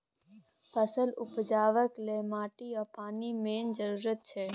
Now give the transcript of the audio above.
फसल उपजेबाक लेल माटि आ पानि मेन जरुरत छै